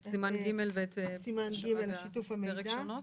את סימן ג' ושיתוף המידע ופרק שונות.